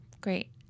Great